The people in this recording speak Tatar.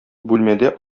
бүлмәдә